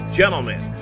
gentlemen